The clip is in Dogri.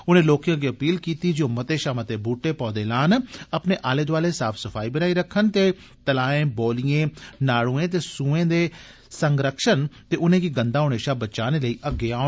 उनें लोकें अग्गे अपील कीती जे ओ मते षा मते ब्हूटे पौधे लान अपने आले दोआले साफ सफाई बनाई रखन ते तलाएं बौलिएं नाडुएं ते सूएं दे संरक्षण ते उनेंगी गंदा होने षा बचाने लेई अग्गै औन